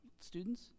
students